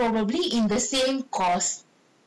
most probably in the same course